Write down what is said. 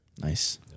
Nice